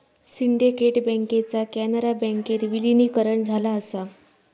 syndicate बँकेचा कॅनरा बँकेत विलीनीकरण झाला असा